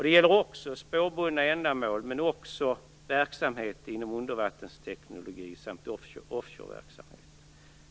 Det gäller också spårbundna ändamål och verksamhet inom undervattensteknologi samt offshoreverksamhet.